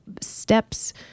steps